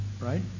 right